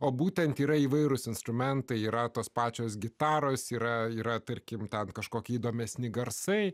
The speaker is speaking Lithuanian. o būtent yra įvairūs instrumentai yra tos pačios gitaros yra yra tarkim tą kažkokį įdomesnį garsai